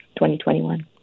2021